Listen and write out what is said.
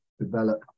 develop